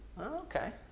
okay